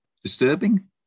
disturbing